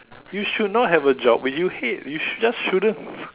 you should not have a job which you hate you should just shouldn't